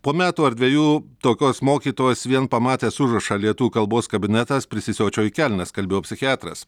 po metų ar dvejų tokios mokytojos vien pamatęs užrašą lietuvių kalbos kabinetas prisisiočiau į kelnes kalbėjo psichiatras